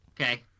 Okay